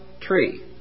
tree